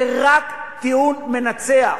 זה רק טיעון מנצח.